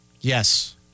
Yes